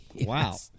Wow